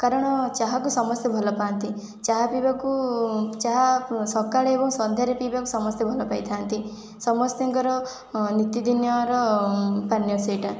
କାରଣ ଚାହାକୁ ସମସ୍ତେ ଭଲ ପାଆନ୍ତି ଚାହା ପିଇବାକୁ ଚାହା ସକାଳେ ଏବଂ ସନ୍ଧ୍ୟାରେ ପିଇବାକୁ ସମସ୍ତେ ଭଲ ପାଇଥାନ୍ତି ସମସ୍ତଙ୍କର ନିତିଦିନିଆର ପାନୀୟ ସେଇଟା